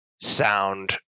sound